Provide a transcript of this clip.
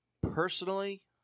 Personally